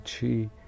chi